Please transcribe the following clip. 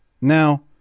Now